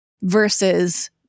versus